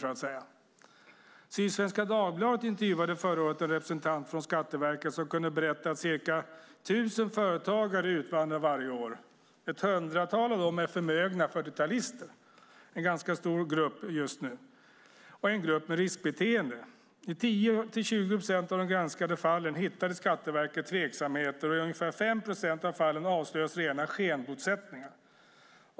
Sydsvenska Dagbladet intervjuade förra året en representant från Skatteverket som kunde berätta att ca 1 000 företagare utvandrar varje år. Ett hundratal av dem är förmögna fyrtiotalister - en ganska stor grupp just nu och en grupp med riskbeteende. I 10-20 procent av de granskade fallen hittade Skatteverket tveksamheter, och i ungefär 5 procent av fallen avslöjades rena skenbosättningar.